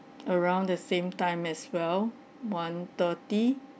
around the same time as well one thirty